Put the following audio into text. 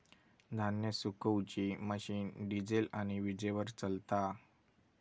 धान्य सुखवुची machine diesel आणि वीजेवर चलता